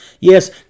Yes